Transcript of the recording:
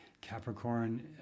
Capricorn